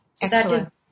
Excellent